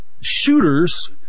shooters